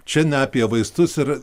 čia ne apie vaistus ir